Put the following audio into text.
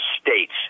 states